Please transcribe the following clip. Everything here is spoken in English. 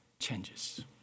Changes